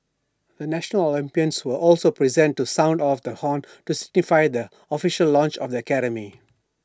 the national Olympians were also present to sound off the horn to signify the official launch of the academy